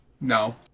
No